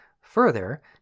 Further